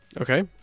okay